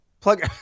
plug